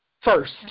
first